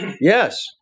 Yes